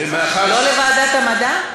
לא לוועדת המדע?